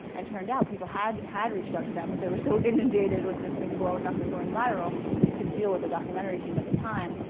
and turned out people had had reached out to them, but they we're so inundated with this thing blowing up and going viral that they couldn't deal with a documentary team at the time.